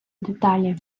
деталі